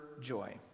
joy